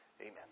Amen